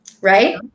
Right